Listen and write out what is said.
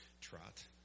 Trot